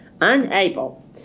unable